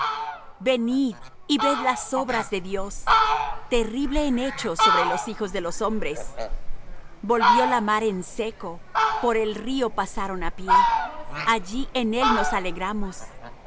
venid y ved las obras de dios terrible en hechos sobre los hijos de los hombres volvió la mar en seco por el río pasaron á pie allí en él nos alegramos